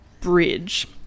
bridge